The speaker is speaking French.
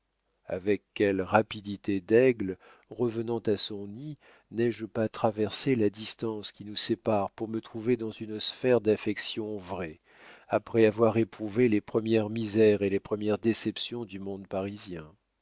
avec quelle rapidité d'aigle revenant à son nid n'ai-je pas traversé la distance qui nous sépare pour me trouver dans une sphère d'affections vraies après avoir éprouvé les premières misères et les premières déceptions du monde parisien